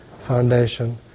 Foundation